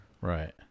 Right